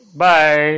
bye